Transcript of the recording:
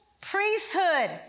priesthood